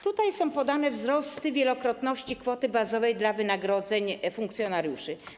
Tutaj są podane wzrosty wielokrotności kwoty bazowej dotyczącej wynagrodzeń funkcjonariuszy.